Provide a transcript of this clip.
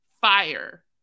fire